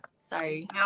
Sorry